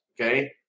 okay